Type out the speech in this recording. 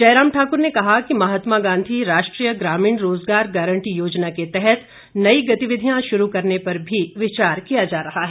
जयराम ठाकर ने कहा कि महात्मा गांधी राष्ट्रीय ग्रामीण रोजगार गारंटी योजना के तहत नई गतिविधियां शुरू करने पर भी विचार किया जा रहा है